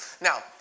Now